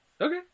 Okay